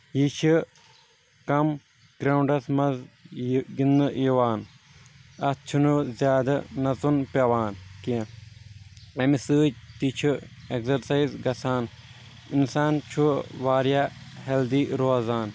یہِ چھِ کم گرونٛڈس منٛز یہِ گنٛدنہٕ یِوان اتھ چھُنہٕ زیادٕ نژن پٮ۪وان کینٛہہ امہِ سۭتۍ تہِ چھِ ایٚگزرسایز گژھان انسان چھُ واریاہ ہیٚلدی روزان